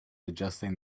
adjusting